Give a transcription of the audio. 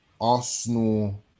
Arsenal